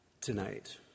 tonight